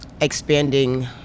expanding